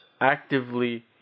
Actively